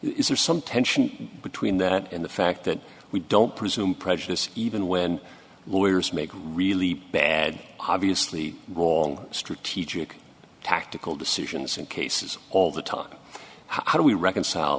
is there some tension between that and the fact that we don't presume prejudice even when lawyers make really bad obviously wrong strategic tactical decisions and cases all the time how do we reconcile